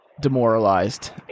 demoralized